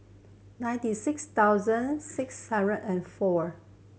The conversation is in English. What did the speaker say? ninety six thousand six hundred and four